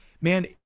Man